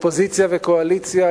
אופוזיציה וקואליציה,